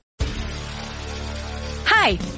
Hi